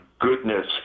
goodness